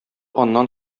аннан